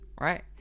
right